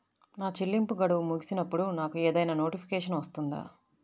నా చెల్లింపు గడువు ముగిసినప్పుడు నాకు ఏదైనా నోటిఫికేషన్ వస్తుందా?